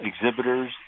exhibitors